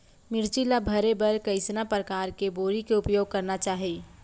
मिरचा ला भरे बर कइसना परकार के बोरी के उपयोग करना चाही?